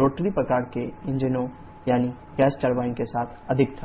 rotary प्रकार के इंजनों यानी गैस टरबाइन के साथ अधिक था